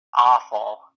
awful